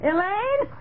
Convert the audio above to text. Elaine